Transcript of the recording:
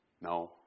No